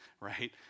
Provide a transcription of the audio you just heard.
right